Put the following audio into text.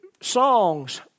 songs